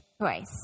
choice